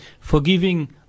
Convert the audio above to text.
forgiving